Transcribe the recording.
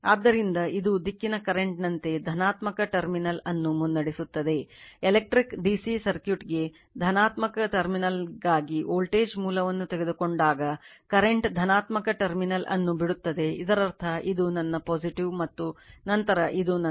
ಆದ್ದರಿಂದ ಇದು ದಿಕ್ಕಿನ ಕರೆಂಟ್ ನಂತೆ ಧನಾತ್ಮಕ ಟರ್ಮಿನಲ್ ಅನ್ನು ಮುನ್ನಡೆಸುತ್ತದೆ ಎಲೆಕ್ಟ್ರಿಕ್ DC ಸರ್ಕ್ಯೂಟ್ ಗೆ ಧನಾತ್ಮಕ ಟರ್ಮಿನಲ್ಗಾಗಿ ವೋಲ್ಟೇಜ್ ಮೂಲವನ್ನು ತೆಗೆದುಕೊಂಡಾಗ ಕರೆಂಟ್ ಧನಾತ್ಮಕ ಟರ್ಮಿನಲ್ ಅನ್ನು ಬಿಡುತ್ತದೆ ಇದರರ್ಥ ಇದು ನನ್ನ ಮತ್ತು ನಂತರ ಇದು ನನ್ನ